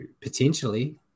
potentially